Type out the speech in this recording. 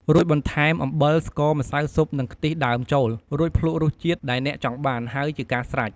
រួចបន្ថែម អំបិល ស្ករ ម្សៅស៊ុបនិងខ្ទិះដើមចូល រួចភ្លក្សយករសជាតិដែលអ្នកចង់បាន ហើយជាការស្រេច។